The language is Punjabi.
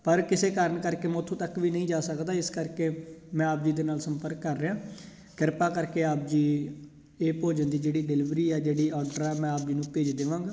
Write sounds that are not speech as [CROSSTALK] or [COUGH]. ਪਰ ਕਿਸੇ ਕਾਰਨ ਕਰਕੇ ਮੈਂ ਉੱਥੋਂ ਤੱਕ ਵੀ ਨਹੀਂ ਜਾ ਸਕਦਾ ਇਸ ਕਰਕੇ ਮੈਂ ਆਪ ਜੀ ਦੇ ਨਾਲ ਸੰਪਰਕ ਕਰ ਰਿਹਾਂ ਕਿਰਪਾ ਕਰਕੇ ਆਪ ਜੀ ਇਹ ਭੋਜਨ ਦੀ ਜਿਹੜੀ ਡਿਲੀਵਰੀ ਆ ਜਿਹੜੀ [UNINTELLIGIBLE] ਮੈਂ ਆਪ ਜੀ ਨੂੰ ਭੇਜ ਦੇਵਾਂਗਾ